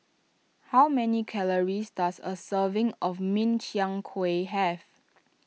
how many calories does a serving of Min Chiang Kueh have